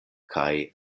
kaj